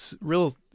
real